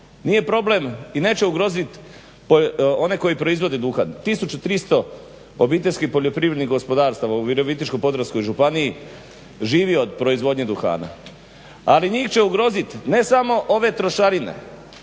Nije problem i neće ugroziti one koji proizvode duhan. 1300 obiteljskih OPG-a u Virovitičko-podravskoj županiji živi od proizvodnje duhana, ali njih će ugroziti ne samo ove trošarine,